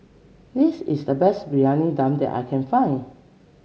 this is the best Briyani Dum that I can find